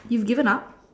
you've given up